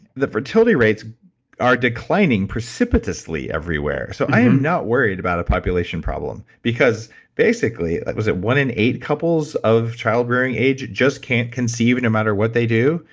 the fertility rates are declining precipitously everywhere, so i am not worried about a population problem, because basically, was it one in eight couples of child-rearing age just can't conceive no matter what they do,